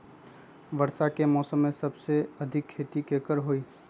वर्षा के मौसम में सबसे अधिक खेती केकर होई?